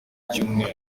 cyumweru